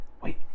Wait